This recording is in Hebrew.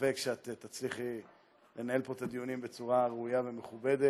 ספק שתצליחי לנהל פה את הדיונים בצורה ראויה ומכובדת.